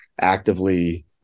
actively